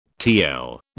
TL